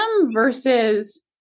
versus